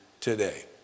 today